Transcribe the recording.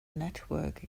network